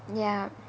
ya